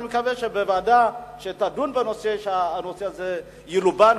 אני מקווה שבוועדה שתדון בנושא הנושא הזה ילובן,